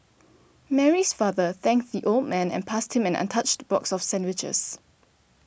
Mary's father thanked the old man and passed him an untouched box of sandwiches